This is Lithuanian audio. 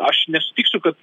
aš nesutiksiu kad